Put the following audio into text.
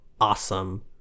Awesome